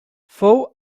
fou